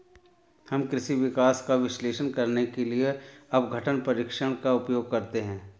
हम कृषि विकास का विश्लेषण करने के लिए अपघटन परीक्षण का उपयोग करते हैं